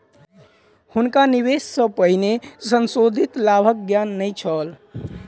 हुनका निवेश सॅ पहिने संशोधित लाभक ज्ञान नै छल